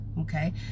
okay